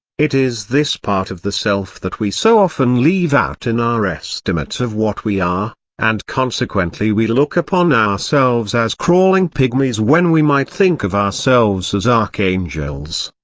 it is this part of the self that we so often leave out in our estimate of what we are and consequently we look upon ourselves as crawling pygmies when we might think of ourselves as archangels.